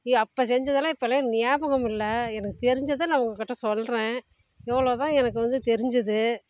அப்போ செஞ்சதுல்லாம் இப்போல்லாம் எனக்கு நியாபகம் இல்லை எனக்கு தெரிஞ்சதை நான் உங்கக்கிட்டே சொல்கிறேன் இவ்வளோதான் எனக்கு வந்து தெரிஞ்சது